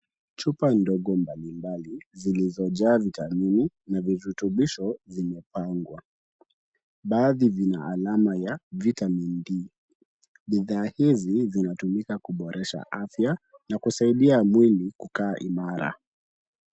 Chupa ndogo mbalimbali, zilizojaa Vitamini na virutubisho zimepangwa. baadhi vina alama ya Vitamin D. Bidhaa hizi, zinatumika kuboresha afya na kusaidia mwili kukaa imara.